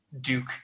Duke